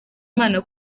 imana